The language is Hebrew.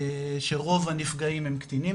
שרוב הנפגעים הם קטינים,